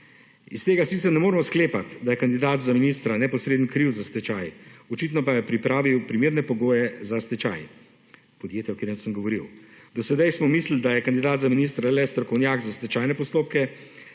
Iz tega sicer ne moremo sklepati, da je kandidat za ministra neposredni krivec za stečaj očitno pa je pripravil primerne pogoje za stečaj, podjetja o katerem sem govoril. Do sedaj smo mislili, da je kandidat za ministra le strokovnjak za stečajne postopke